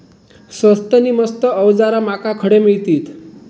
स्वस्त नी मस्त अवजारा माका खडे मिळतीत?